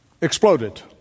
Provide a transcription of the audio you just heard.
exploded